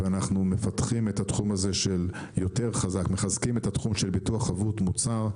ואנחנו מחזקים את התחום הזה של ביטוח חבות מוצר.